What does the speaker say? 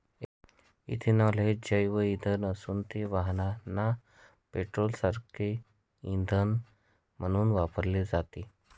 ethanol हे जैवइंधन असून ते वाहनांना पेट्रोलसारखे इंधन म्हणून वापरले जाते